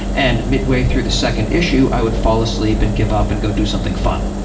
and midway through the second issue i would fall asleep and give up and go do something fun.